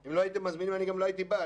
אם לא הייתם מזמינים, לא הייתי בא.